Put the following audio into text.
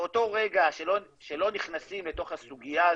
באותו רגע שלא נכנסים לתוך הסוגיה הזאת,